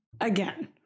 Again